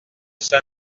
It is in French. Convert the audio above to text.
saint